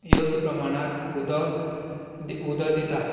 योग्य प्रमाणांत उदक उदक दितात